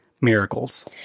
miracles